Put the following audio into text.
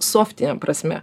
softine prasme